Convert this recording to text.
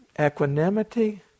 Equanimity